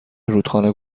رودخانه